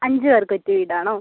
അഞ്ച് പേർക്ക് പറ്റിയ വീട് ആണോ